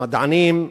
המדענים,